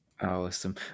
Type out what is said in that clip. awesome